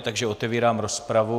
Takže otevírám rozpravu.